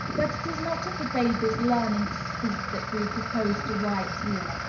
but it is not of the baby's learning to speak that we propose to write here.